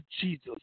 Jesus